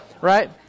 right